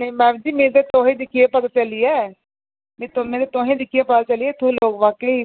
नेईं मैडम जी मीं ते तुसें दिक्खियै पता चली गेआ जे इत्थूं दे लोक वाकेई